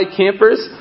campers